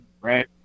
right